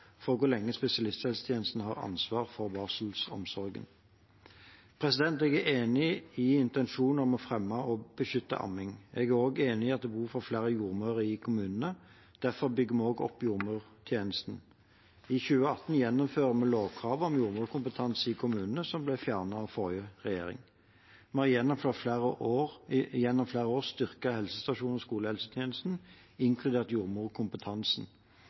for hvor lenge spesialisthelsetjenesten har ansvar for barselomsorgen. Jeg er enig i intensjonen om å fremme og beskytte amming. Jeg er også enig i at det er behov for flere jordmødre i kommunene. Derfor bygger vi opp jordmortjenesten. I 2018 gjeninnførte vi lovkravet om jordmorkompetanse i kommunene, som ble fjernet av forrige regjering. Vi har gjennom flere år styrket helsestasjons- og skolehelsetjenesten, inkludert